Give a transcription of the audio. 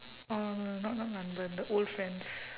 uh not not nanban the old friends